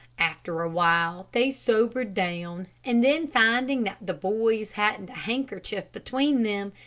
after a while they sobered down, and then finding that the boys hadn't a handkerchief between them,